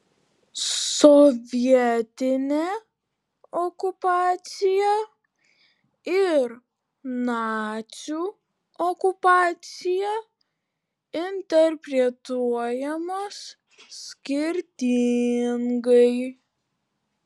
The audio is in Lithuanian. sovietinė okupacija ir nacių okupacija interpretuojamos skirtingai